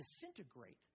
disintegrate